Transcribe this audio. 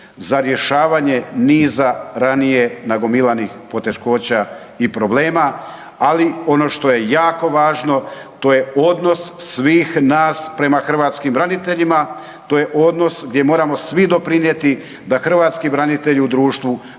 za rješavanje niza ranije nagomilanih poteškoća i problema ali ono što je jako važno, to je odnos svih nas prema hrvatskim braniteljima, to je odnos gdje moramo svi doprinijeti da hrvatski branitelji u društvu